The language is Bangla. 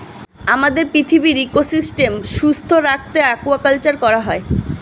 আমাদের পৃথিবীর ইকোসিস্টেম সুস্থ রাখতে অ্য়াকুয়াকালচার করা হয়